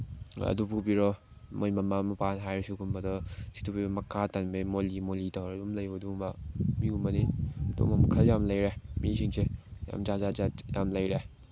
ꯑꯗꯨ ꯄꯨꯕꯤꯔꯛꯑꯣ ꯃꯣꯏ ꯃꯃꯥ ꯃꯄꯥꯗ ꯍꯥꯏꯔꯁꯨ ꯁꯤꯒꯨꯝꯕꯗ ꯃꯈꯥ ꯇꯟꯕꯒꯤ ꯃꯣꯂꯤ ꯃꯣꯂꯤ ꯇꯧꯔ ꯑꯗꯨꯝ ꯂꯩꯕ ꯑꯗꯨꯒꯨꯝꯕꯅꯤ ꯑꯗꯨꯒꯨꯝꯕ ꯃꯈꯜ ꯌꯥꯝ ꯂꯩꯔꯦ ꯃꯤꯁꯤꯡꯁꯦ ꯌꯥꯝ ꯖꯥꯠ ꯖꯥꯠ ꯖꯥꯠ ꯌꯥꯝꯅ ꯂꯩꯔꯦ